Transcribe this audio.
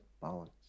balance